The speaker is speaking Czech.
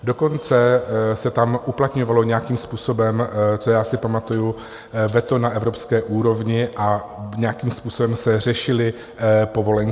Dokonce se tam uplatňovalo nějakým způsobem, co já si pamatuji, veto na evropské úrovni a nějakým způsobem se řešily emisní povolenky.